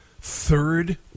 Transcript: third